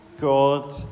God